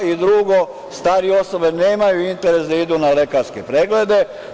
I drugo, starije osobe nemaju interes da idu na lekarske preglede.